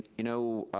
you know,